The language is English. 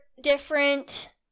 different